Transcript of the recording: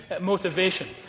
motivation